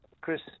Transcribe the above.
Chris